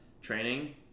training